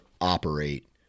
operate